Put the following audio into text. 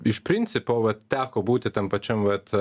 iš principo va teko būti tam pačiam vat